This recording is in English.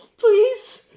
please